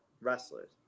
wrestlers